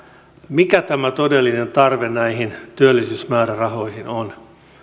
mikä tämä todellinen tarve työllisyysmäärärahoihin on